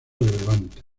relevantes